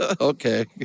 Okay